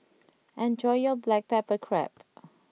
enjoy your Black Pepper Crab